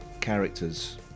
characters